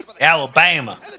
Alabama